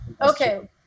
Okay